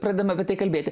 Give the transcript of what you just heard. pradem apie tai kalbėti